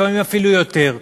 לפעמים אפילו יותר.